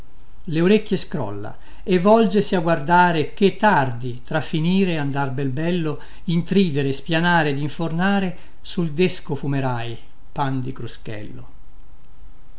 le orecchie scrolla e volgesi a guardare ché tardi tra finire andar bel bello intridere spianare ed infornare sul desco fumerai pan di cruschello